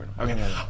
Okay